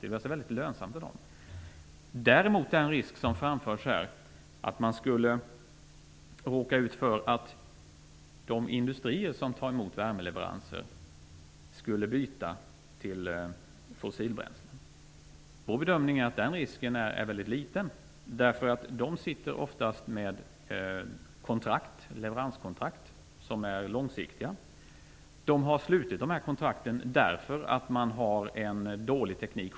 Det är alltså väldigt lönsamt för dem. Det talade här om en risk för att de industrier som tar emot värmeleveranser skulle byta till fossilbränsle. Vår bedömning är att den risken är väldigt liten, eftersom de oftast sitter med långsiktiga leveranskontrakt. De har slutit dessa kontrakt eftersom de själva har en dålig teknik.